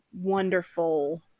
wonderful